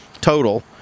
total